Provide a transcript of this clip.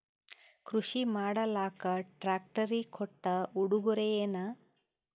ಕೃಷಿ ಮಾಡಲಾಕ ಟ್ರಾಕ್ಟರಿ ಕೊಟ್ಟ ಉಡುಗೊರೆಯೇನ?